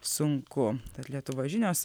sunku tad lietuvos žinios